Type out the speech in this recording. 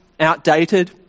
outdated